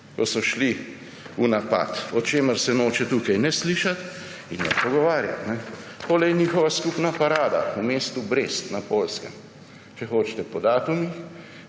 ko so šli v napad, o čemer se noče tukaj ne slišati in ne pogovarjati. Tole je njihova skupna parada v mestu Brest-Litovsk na Poljskem. Če hočete po datumih,